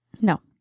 No